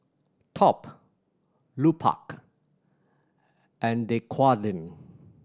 Top Lupark and Dequadin